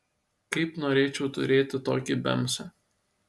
kaip norėčiau turėti tokį bemsą